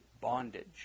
bondage